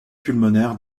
pulmonaires